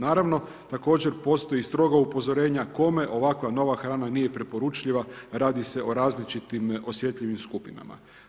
Naravno također postoji stroga upozorenja kome ovakva nova hrana nije preporučljiva, radi se o različitim osjetljivim skupinama.